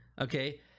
Okay